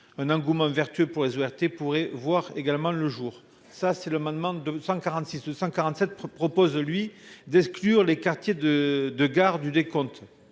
Un engouement vertueux pour les OAT pourrait voir également le jour ça c'est le moment de 146 147 propose lui d'exclure les quartiers de de gare du décompte